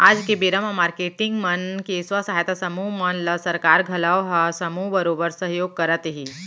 आज के बेरा म मारकेटिंग मन के स्व सहायता समूह मन ल सरकार घलौ ह समूह बरोबर सहयोग करत रथे